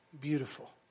beautiful